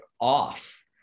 off